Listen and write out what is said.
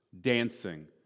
dancing